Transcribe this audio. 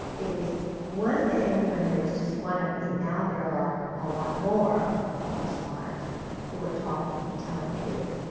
it was one thing when there was just one of me now there are a lot more of of us wives who were talking and telling truth,